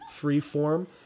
freeform